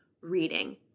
reading